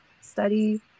study